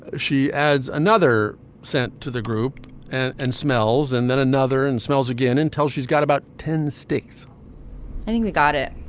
ah she adds another set to the group and and smells and then another and smells again until she's got about ten sticks i think we got it.